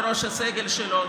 לראש הסגל שלו,